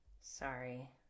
sorry